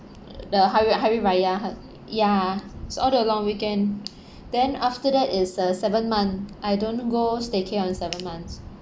the hari hari raya ha~ ya so all the long weekend then after that is uh seven month I don't go staycay on seven months